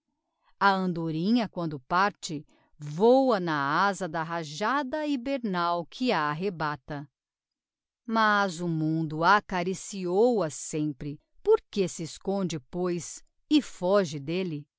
a andorinha quando parte vôa na aza da rajada hybernal que a arrebata mas o mundo acariciou a sempre porque se esconde pois e foge d'elle